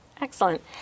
Excellent